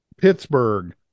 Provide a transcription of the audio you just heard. Pittsburgh